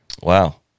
wow